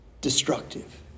destructive